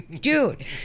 dude